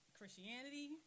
Christianity